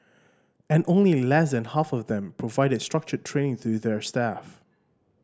and only less than half of them provide structured training to their staff